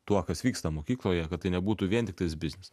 tuo kas vyksta mokykloje kad tai nebūtų vien tiktais biznis